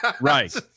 Right